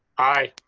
aye.